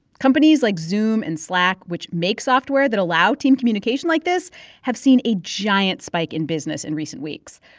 companies like zoom and slack which make software that allow team communication like this have seen a giant spike in business in recent weeks,